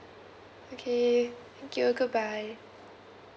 okay thank you goodbye